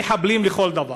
הם מחבלים לכל דבר,